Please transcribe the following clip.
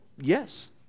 Yes